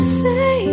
say